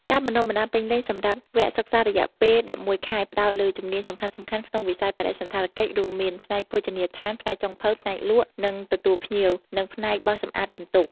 ការបណ្តុះបណ្តាលពេញលេញ សម្រាប់វគ្គសិក្សារយៈពេល ១១ ខែ ផ្តោតលើជំនាញសំខាន់ៗក្នុងវិស័យបដិសណ្ឋារកិច្ច រួមមាន ផ្នែកភោជនីយដ្ឋាន ផ្នែកចុងភៅ ផ្នែកលក់ និងទទួលភ្ញៀវ និងផ្នែកបោសសម្អាតបន្ទប់។